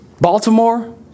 Baltimore